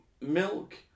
Milk